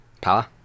Power